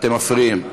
אתם מפריעים.